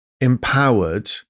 empowered